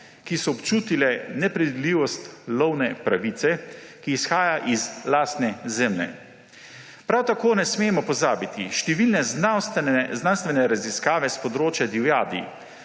ki so občutile nepredvidljivost lovne pravice, ki izhaja iz lastne zemlje. Prav tako ne smemo pozabiti številne znanstvene raziskave s področja divjadi,